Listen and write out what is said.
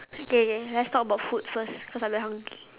ya ya let's talk about food first cause I very hungry